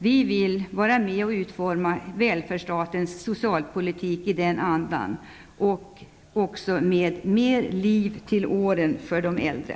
Vi vill vara med och utforma välfärdsstatens socialpolitik i den andan -- också med mer liv till åren för de äldre!